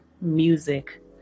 music